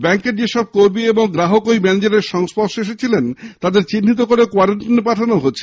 ব্যাঙ্কের যেসব কর্মী ও গ্রাহক ওই ম্যানেজারের সংস্পর্শে এসেছেন তাদের চিহ্নিত করে কোয়ারেনটাইনে পাঠানো হচ্ছে